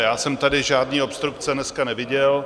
Já jsem tady žádné obstrukce dneska neviděl.